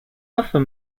other